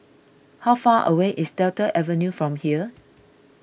how far away is Delta Avenue from here